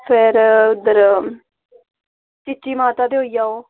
फिर उद्धर चीची माता ते होई आओ